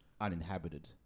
uninhabited